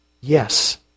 yes